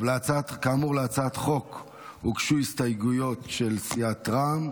כאמור, להצעת החוק הוגשו הסתייגויות של סיעת רע"מ.